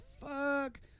fuck